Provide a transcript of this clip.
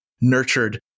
nurtured